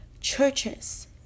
churches